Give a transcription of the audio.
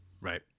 Right